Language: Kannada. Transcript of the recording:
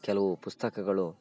ಕೆಲವು ಪುಸ್ತಕಗಳು